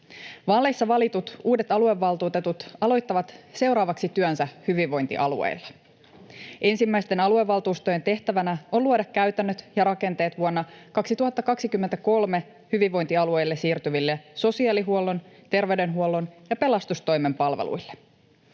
Vaaleissa valitut uudet aluevaltuutetut aloittavat seuraavaksi työnsä hyvinvointialueilla. Ensimmäisten aluevaltuustojen tehtävänä on luoda käytännöt ja rakenteet vuonna 2023 hyvinvointialueille siirtyville sosiaalihuollon, terveydenhuollon ja pelastustoimen palveluille.